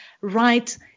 right